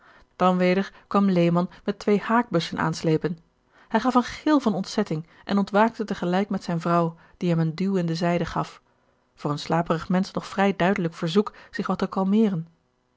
dan weder kwam lehman met twee haakbussen aanslepen hij gaf een gil van ontzetting en ontwaakte tegelijk met zijne vrouw die hem een duw in de zijde gaf voor een slaperig mensch nog vrij duidelijk verzoek zich wat te kalmeren